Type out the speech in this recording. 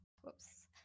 whoops